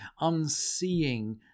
unseeing